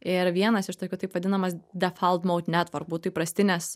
ir vienas iš tokių taip vadinamas defalt mode network būtų įprastinės